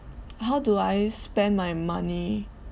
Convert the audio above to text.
how do I spend my money